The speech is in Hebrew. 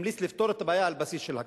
הוא המליץ לפתור את הבעיה על בסיס של הכרה.